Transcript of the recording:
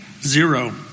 Zero